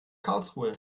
karlsruhe